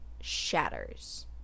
shatters